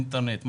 אינטרנט,